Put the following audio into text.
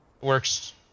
Works